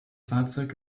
fahrzeug